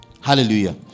hallelujah